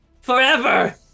forever